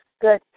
Good